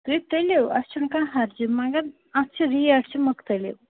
تُہۍ تُلِو اَسہِ چھُنہٕ کانٛہہ ہَرجہِ مگر اَتھ چھِ ریٹ چھِ مختلِف